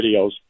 videos